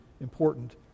important